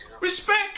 Respect